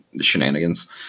shenanigans